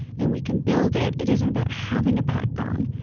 and we can build it. it isn't about having a backbone.